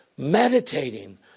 Meditating